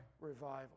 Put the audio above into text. revival